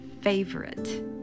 favorite